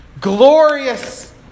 glorious